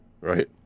right